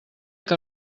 que